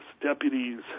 deputies